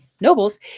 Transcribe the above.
nobles